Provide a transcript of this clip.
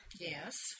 Yes